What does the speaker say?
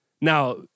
Now